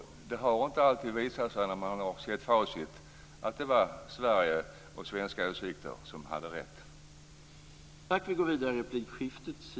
Det har inte alltid visat sig, när man har sett facit, att det varit svenska åsikter som har varit de rätta.